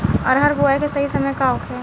अरहर बुआई के सही समय का होखे?